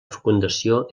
fecundació